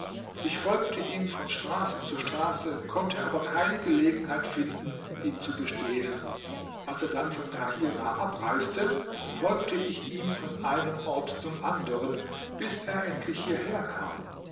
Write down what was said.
ich folgte ihm von straße zu straße konnte aber keine gelegenheit finden ihn zu bestehlen als er dann von kahirah abreiste folgte ich ihm von einem ort zum anderen bis er endlich hierher kam